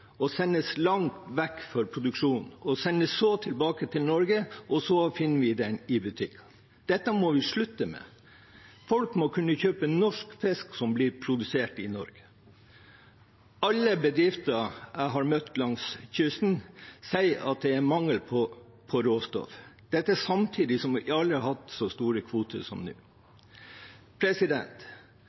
sendes langt vekk for produksjon og sendes så tilbake til Norge, og så finner vi den i butikkene. Dette må vi slutte med. Folk må kunne kjøpe norsk fisk som blir produsert i Norge. Alle bedrifter jeg har møtt langs kysten, sier det er mangel på råstoff – det samtidig som vi aldri har hatt så store kvoter som nå.